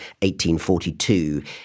1842